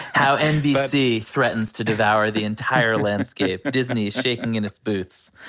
how nbc threatens to devour the entire landscape. disney is shaking in its boots.